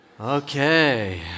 Okay